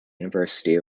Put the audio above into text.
university